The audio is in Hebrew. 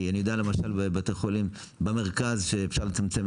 כי אני יודע למשל בבתי חולים במרכז שאפשר לצמצמם